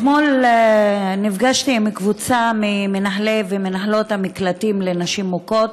אתמול נפגשתי עם קבוצה ממנהלי ומנהלות המקלטים לנשים מוכות,